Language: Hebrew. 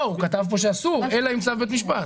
כתוב פה שאסור, אלא עם צו בית משפט.